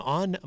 on